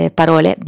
parole